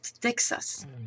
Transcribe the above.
Texas